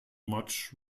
much